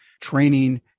training